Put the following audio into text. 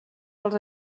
pels